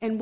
and